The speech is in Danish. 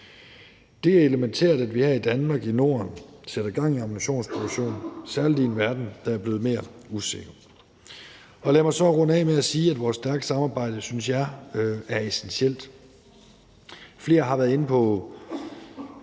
Det er elementært, at vi her i Danmark og i Norden sætter gang i ammunitionsproduktionen, særlig i en verden, der er blevet mere usikker. Lad mig så runde af med at sige, at jeg synes, vores stærke samarbejde er essentielt. Flere har været inde på